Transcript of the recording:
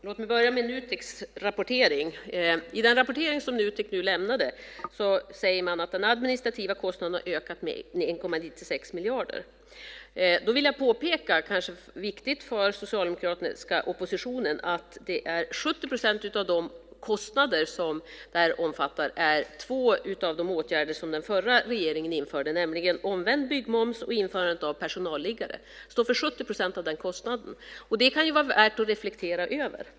Fru talman! Låt mig börja med den rapport som Nutek nu lämnat. Där säger man att den administrativa kostnaden har ökat med 1,96 miljarder. Då vill jag påpeka, och det är kanske viktigt för den socialdemokratiska oppositionen att höra, att för 70 procent av de kostnader som detta omfattar står två av de åtgärder som den förra regeringen införde, nämligen omvänd byggmoms och införandet av personalliggare. Det står för 70 procent av den kostnaden, och det kan ju vara värt att reflektera över.